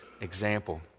example